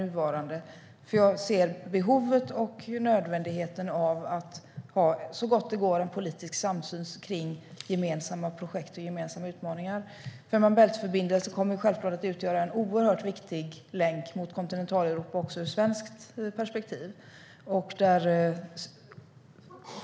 Jag ser behovet och nödvändigheten av att så gott det går ha politisk samsyn på gemensamma projekt och utmaningar. Fehmarn Bält-förbindelsen kommer självklart att utgöra en oerhört viktig länk mot Kontinentaleuropa också ur svenskt perspektiv.